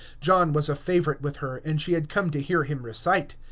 john was a favorite with her, and she had come to hear him recite.